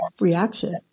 reaction